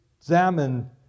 examine